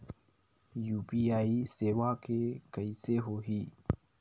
UPI सेवा के कइसे होही?